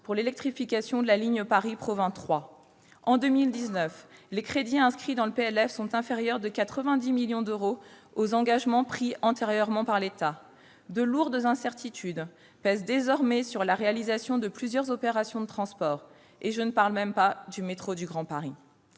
pour l'électrification de la ligne Paris-Provins-Troyes ; en 2019, les crédits inscrits dans le PLF sont inférieurs de 90 millions d'euros aux engagements pris antérieurement par l'État. De lourdes incertitudes pèsent désormais sur la réalisation de plusieurs opérations de transport- et je ne parle pas du métro du Grand Paris.